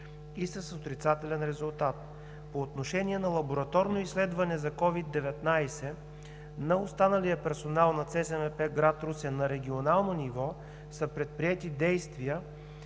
са с отрицателен резултат. По отношение на лабораторно изследване за СOVID-19 на останалия персонал на ЦСМП – град Русе, на регионално ниво са предприети действия